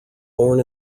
born